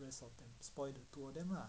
there's something spoil two of them lah